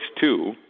two